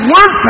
one